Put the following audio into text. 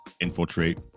infiltrate